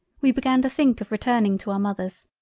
we began to think of returning to our mothers,